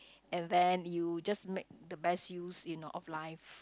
and then you just make the best use you know of life